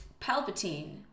Palpatine